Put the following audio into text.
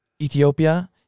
Ethiopia